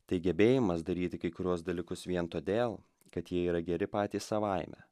tai gebėjimas daryti kai kuriuos dalykus vien todėl kad jie yra geri patys savaime